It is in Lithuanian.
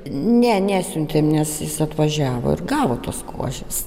ne nesiuntėm nes jis atvažiavo ir gavo tos košės